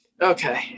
Okay